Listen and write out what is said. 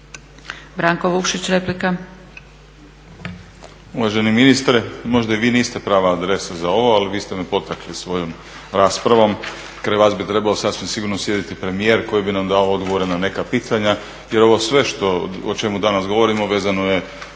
Branko Vukšić, replika.